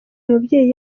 mubyeyi